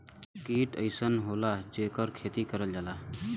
कीट अइसन होला जेकर खेती करल जाला